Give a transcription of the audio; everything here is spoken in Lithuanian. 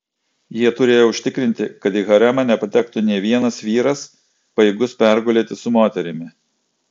jie turėjo užtikrinti kad į haremą nepatektų nė vienas vyras pajėgus pergulėti su moterimi